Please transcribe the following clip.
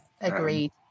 Agreed